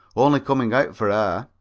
only coming out for